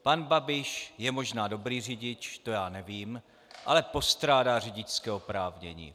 Pan Babiš je možná dobrý řidič, to já nevím, ale postrádá řidičské oprávnění.